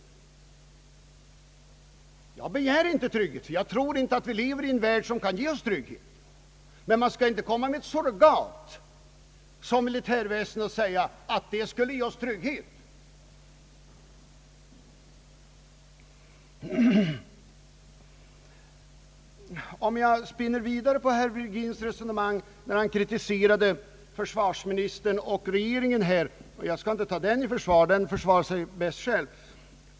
Jag begär inte trygghet, ty jag tror inte att vi lever i en värld, som kan ge oss trygghet, men man skall inte komma med ett surrogat såsom militärväsendet och säga, att det kan ge oss trygghet. Jag skall spinna vidare på herr Virgins resonemang, när han kritiserade försvarsministern och regeringen i fråga om målsättningen. Jag skall inte ta regeringen i försvar, ty den försvarar sig bäst själv.